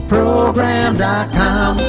Program.com